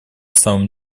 самом